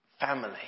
family